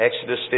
Exodus